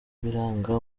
biranga